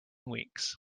weeks